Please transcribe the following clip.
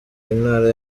intara